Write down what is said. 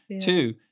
Two